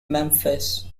memphis